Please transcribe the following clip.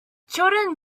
children